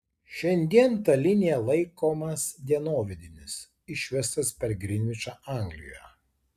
šiandien ta linija laikomas dienovidinis išvestas per grinvičą anglijoje